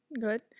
good